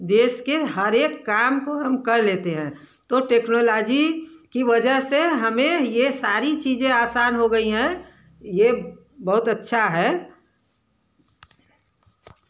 देश के हर एक काम को हम कर लेते हैं तो टेक्नोलाजी की वजह से हमें ये सारी चीज़ें आसान हो गई हैं यह बहुत अच्छा है